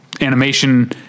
animation